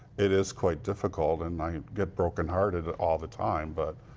it is quite difficult. and i get broken hearted all the time. but